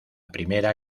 primera